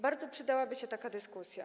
Bardzo przydałaby się taka dyskusja.